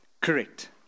correct